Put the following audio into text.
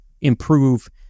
improve